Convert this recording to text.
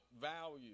value